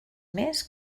més